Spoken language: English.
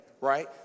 right